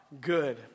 good